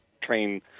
Train